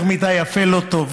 יותר מדי יפה, לא טוב.